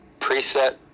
preset